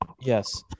Yes